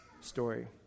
story